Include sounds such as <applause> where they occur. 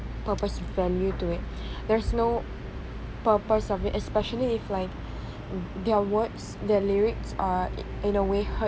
purpose value to it there's no purpose <breath> of it especially if like their words their lyrics are in a way hurt~